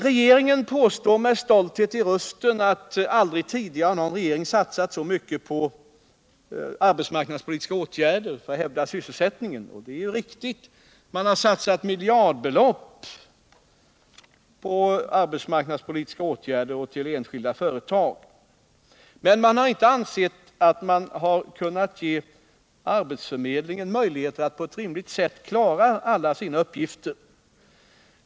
Regeringen påstår med stolthet i rösten att aldrig tidigare har någon regering satsat så mycket på arbetsmarknadspolitiska åtgärder för att hävda sysselsättningen. Det är riktigt att man har satsat miljardbelopp på arbetsmarknadspolitiska åtgärder och på enskilda företag, men man har inte ansett att man kan ge arbetsförmedlingen möjlighet att på rimligt sätt klara alla sina uppgifter.